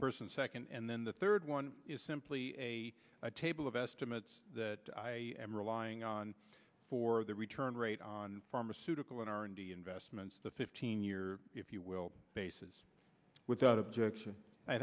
first and second and then the third one is simply a table of estimates that i am relying on for the return rate on pharmaceutical and r and d investments the fifteen year if you will faces without objection i